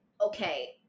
okay